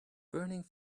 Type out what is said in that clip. burning